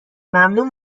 ممنون